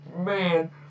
Man